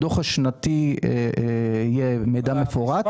בדוח השנתי יהיה מידע מפורט.